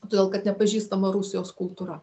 todėl kad nepažįstama rusijos kultūra